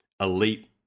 elite